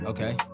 Okay